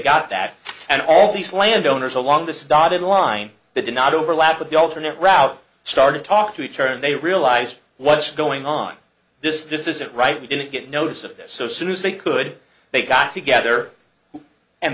got that and all these landowners along this dotted line they did not overlap with the alternate route started to talk to each other and they realized what's going on this this isn't right we didn't get notice of this so soon as they could they got together and